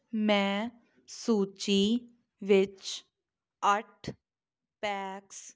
ਮੈਂ ਸੂਚੀ ਵਿੱਚ ਅੱਠ ਪੈਕਸ